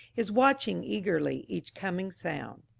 is watching eagerly each coming sound.